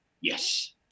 yes